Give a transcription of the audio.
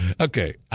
Okay